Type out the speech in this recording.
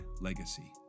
legacy